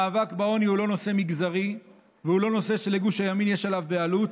מאבק בעוני הוא לא נושא מגזרי והוא נושא שלגוש הימין יש עליו בעלות.